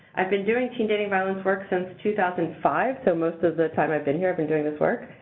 i've been doing teen dating violence work since two thousand and five, so most of the time i've been here, i've been doing this work.